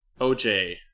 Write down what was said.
OJ